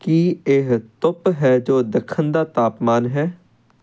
ਕੀ ਇਹ ਧੁੱਪ ਹੈ ਜੋ ਦੱਖਣ ਦਾ ਤਾਪਮਾਨ ਹੈ